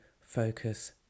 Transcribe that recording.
focus